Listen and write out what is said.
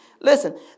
Listen